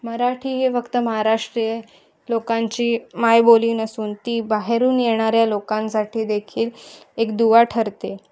मराठी हे फक्त महाराष्ट्रीय लोकांची मायबोली नसून ती बाहेरून येणाऱ्या लोकांसाठी देखील एक दुवा ठरते